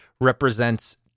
represents